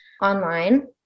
online